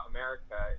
America